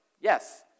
Yes